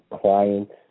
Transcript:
clients